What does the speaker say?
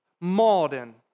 Malden